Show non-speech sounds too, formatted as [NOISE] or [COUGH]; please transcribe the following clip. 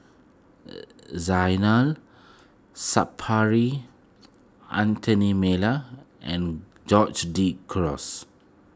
[HESITATION] Zainal Sapari Anthony Miller and Geoge De Cruz